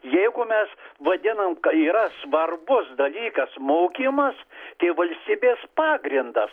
jeigu mes vadinam ka yra svarbus dalykas mokymas tai valstybės pagrindas